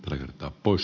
reetta pois